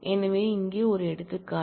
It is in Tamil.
எனவே இங்கே ஒரு எடுத்துக்காட்டு